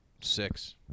Six